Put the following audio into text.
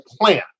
plan